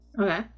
Okay